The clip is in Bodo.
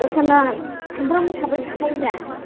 द'खाना सामफ्रामबो थाबाय थाखायो दा